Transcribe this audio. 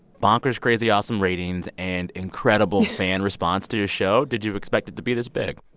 bonkers-crazy-awesome ratings and incredible fan response to your show. did you expect it to be this big?